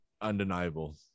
undeniable